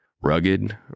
Rugged